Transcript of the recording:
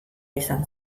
izan